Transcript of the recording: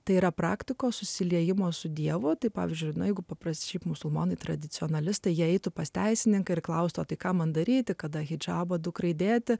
tai yra praktikos susiliejimo su dievu tai pavyzdžiui negu paprašyti musulmonai tradicionalistai įeitų pas teisininką ir klausti ką man daryti kada hidžabą dukrai dėti